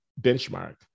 benchmark